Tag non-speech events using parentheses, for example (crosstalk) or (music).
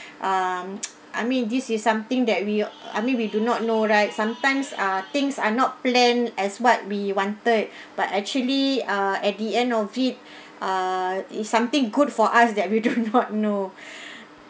(breath) um (noise) I mean this is something that we (noise) I mean we do not know right sometimes ah things are not plan as what we wanted but actually uh at the end of it (breath) uh is something good for us that we do (laughs) not know (breath)